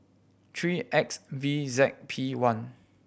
three X V Z P one